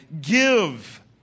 Give